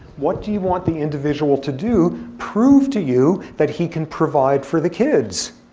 what do you want the individual to do? prove to you that he can provide for the kids.